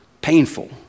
painful